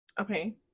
Okay